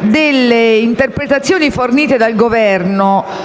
delle interpretazioni fornite dal Governo